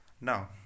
Now